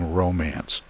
romance